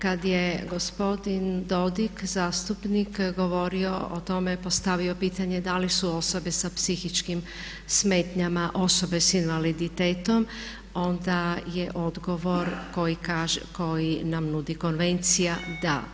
Kad je gospodin Dodig, zastupnik govorio o tome postavio pitanje da li su osobe sa psihičkim smetnjama, osobe sa invaliditetom onda je odgovor koji nam nudi Konvencija da.